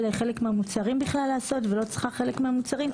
לחלק מהמוצרים לעשות ולא צריכה חלק מהמוצרים.